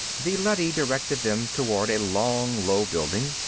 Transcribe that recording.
the leady directed them toward a long, low building.